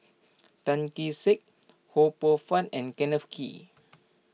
Tan Kee Sek Ho Poh Fun and Kenneth Kee